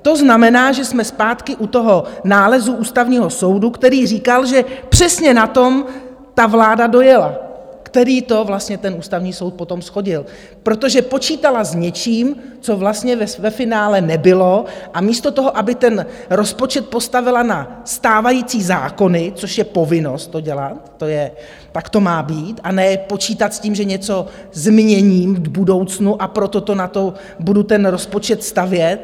To znamená, že jsme zpátky u toho nálezu Ústavního soudu, který říkal, že přesně na tom ta vláda dojela, který to vlastně, ten Ústavní soud, potom shodil, protože počítala s něčím, co vlastně ve finále nebylo, a místo toho, aby ten rozpočet postavila na stávající zákony, což je povinnost to dělat, to je, tak to má být, a ne počítat s tím, že něco změním v budoucnu, a proto na to budu ten rozpočet stavět.